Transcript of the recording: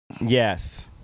Yes